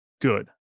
good